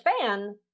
fan